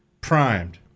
primed